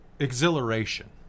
Exhilaration